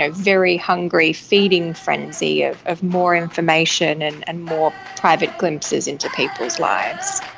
ah very hungry feeding frenzy of of more information and and more private glimpses into people's lives.